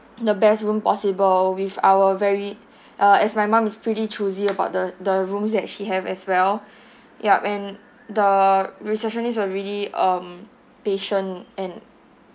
the best room possible with our very uh as my mum is pretty choosy about the the rooms that she have as well yup and the receptionist was really um patient and